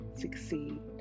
succeed